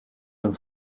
een